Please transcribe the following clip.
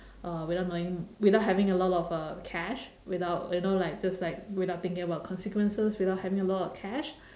uh without knowing without having a lot of uh cash without you know like just like without thinking about consequences without having a lot of cash